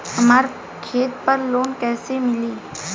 हमरा खेत पर लोन कैसे मिली?